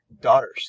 daughters